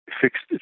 fixed